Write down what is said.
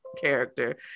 character